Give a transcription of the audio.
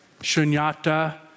Shunyata